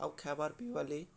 ଆଉ ଖାଏବାର୍ ପିଇବାର୍ ଲାଗି